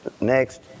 next